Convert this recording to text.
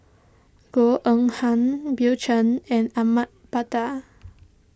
Goh Eng Han Bill Chen and Ahmad Mattar